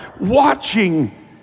watching